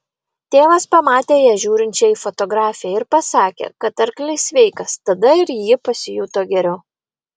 tėvas pamatė ją žiūrinčią į fotografiją ir pasakė kad arklys sveikas tada ir ji pasijuto geriau